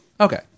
Okay